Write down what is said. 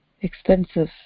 expensive